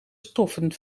stoffen